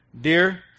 dear